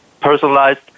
personalized